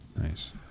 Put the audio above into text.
Nice